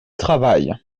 travail